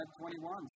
21